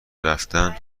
رفتن